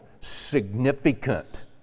significant